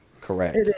correct